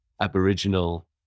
Aboriginal